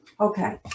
Okay